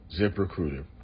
ZipRecruiter